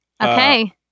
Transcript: okay